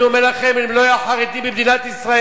אני אומר לכם: אם לא היו חרדים במדינת ישראל,